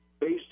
based